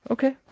Okay